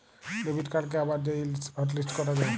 debit কাড়কে আবার যাঁয়ে হটলিস্ট ক্যরা যায়